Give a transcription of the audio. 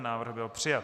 Návrh byl přijat.